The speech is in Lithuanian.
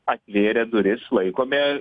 atvėrę duris laikome